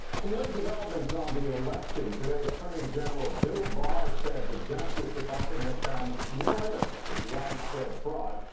some late developments on the election. today attorney general bill barr said the justice department has found no evidence of widespread fraud,